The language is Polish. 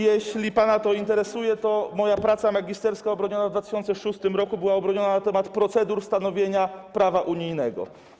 Jeśli pana to interesuje, to moja praca magisterska obroniona w 2006 r. była na temat procedur stanowienia prawa unijnego.